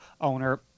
owner